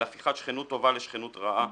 על הפיכת שכנות טובה לשכנות רעה,